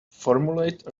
formulate